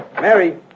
Mary